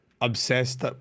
obsessed